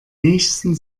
nächsten